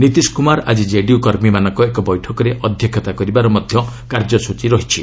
ନୀତିଶ କୁମାର ଆଜି ଜେଡିୟୁ କର୍ମୀମାନଙ୍କ ଏକ ବୈଠକରେ ଅଧ୍ୟକ୍ଷତା କରିବାର କାର୍ଯ୍ୟସ୍ଚୀ ରହିଛି